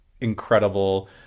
incredible